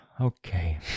okay